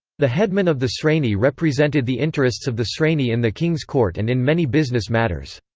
the headman of the sreni represented the interests of the sreni in the king's court and in many business matters.